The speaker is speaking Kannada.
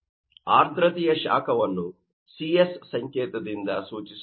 ಆರ್ದ್ರತೆಯ ಶಾಖವನ್ನು Cs ಸಂಕೇತದಿಂದ ಸೂಚಿಸಲಾಗುತ್ತದೆ